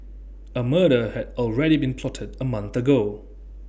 A murder had already been plotted A month ago